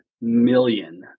million